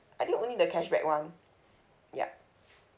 I think only the cashback [one] yup